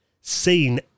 seen